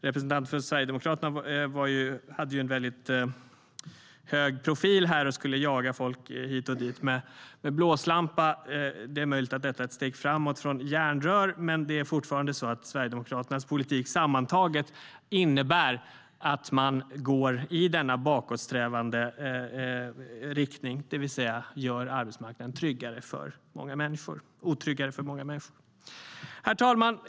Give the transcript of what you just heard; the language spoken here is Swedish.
Sverigedemokraternas företrädare hade väldigt hög profil här och skulle jaga folk hit och dit med blåslampa. Det är möjligt att det är ett steg framåt från järnrör, men fortfarande innebär Sverigedemokraternas politik sammantaget att man går i denna bakåtsträvande riktning och gör arbetsmarknaden otryggare för många människor. Herr talman!